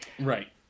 Right